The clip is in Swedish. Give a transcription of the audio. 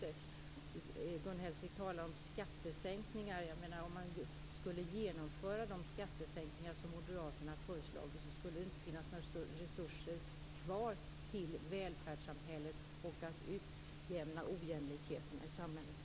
Gun Hellsvik talade om skattesänkningar. Men om man skulle genomföra de skattesänkningar som moderaterna har föreslagit skulle det inte finnas några resurser kvar till välfärdssamhället och till att utjämna ojämlikheterna i samhället.